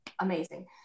amazing